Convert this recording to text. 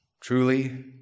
truly